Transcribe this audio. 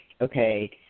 okay